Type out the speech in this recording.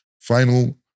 final